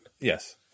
yes